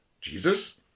Jesus